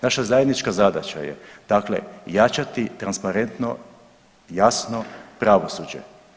Naša zajednička zadaća je dakle jačati transparentno, jasno pravosuđe.